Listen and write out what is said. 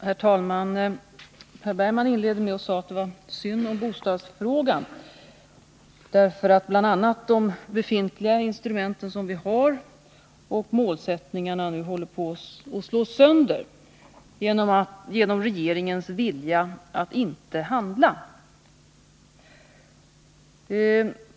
Herr talman! Per Bergman inledde sitt anförande med att säga att det var synd om bostadsfrågan, därför att bl.a. de befintliga instrumenten och de målsättningar som vi har håller på att slås sönder genom regeringens vilja att inte handla.